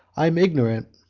i am ignorant,